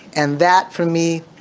and that for me,